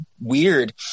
weird